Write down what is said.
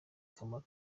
kamaro